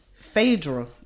Phaedra